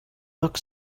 book